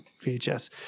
VHS